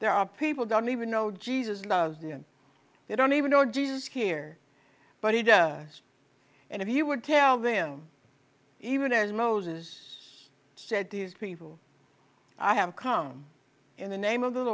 there are people don't even know jesus loved him they don't even know jesus here but he does and he would tell them even as moses said these people i have come in the name of